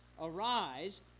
Arise